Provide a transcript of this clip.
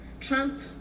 Trump